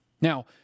Now